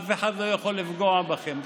אף אחד לא יכול לפגוע בכם.